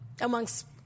amongst